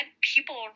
people